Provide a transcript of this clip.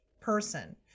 person